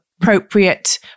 appropriate